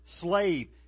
slave